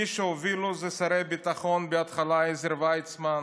מי שהובילו זה שרי הביטחון, בהתחלה עזר ויצמן,